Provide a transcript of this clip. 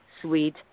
sweet